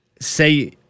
Say